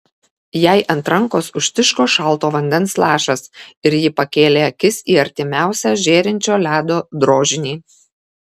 jai ant rankos užtiško šalto vandens lašas ir ji pakėlė akis į artimiausią žėrinčio ledo drožinį